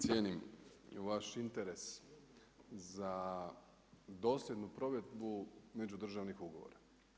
Cijenim vaš interes za dosljednu provedbu međudržavnih ugovora.